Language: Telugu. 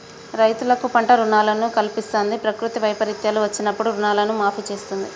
రైతులకు పంట రుణాలను కల్పిస్తంది, ప్రకృతి వైపరీత్యాలు వచ్చినప్పుడు రుణాలను మాఫీ చేస్తుంది